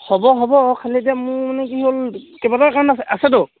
হ'ব হ'ব অঁ খালী এতিয়া মোৰ মানে কি হ'ল কেইবাটাও কাৰণ আছে আছেতো